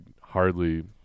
hardly